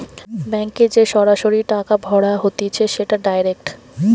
ব্যাংকে যে সরাসরি টাকা ভরা হতিছে সেটা ডাইরেক্ট